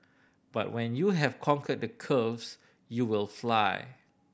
but when you have conquered the curves you will fly